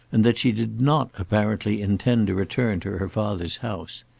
and that she did not apparently intend to return to her father's house.